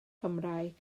cymraeg